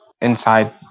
inside